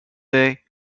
day